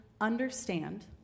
understand